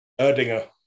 Erdinger